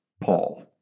Paul